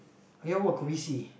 you never heard of kopi c